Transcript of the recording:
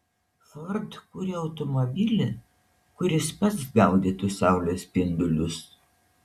ford kuria automobilį kuris pats gaudytų saulės spindulius